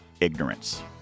ignorance